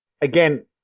again